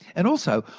and also,